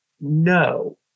no